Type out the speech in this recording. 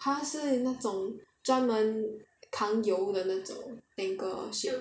他是那种专门抗油的那种 tanker ship